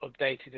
updated